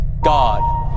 God